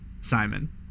simon